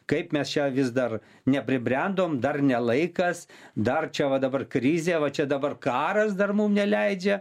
kaip mes čia vis dar nepribrendom dar ne laikas dar čia va dabar krizė va čia dabar karas dar mum neleidžia